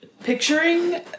picturing